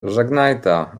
żegnajta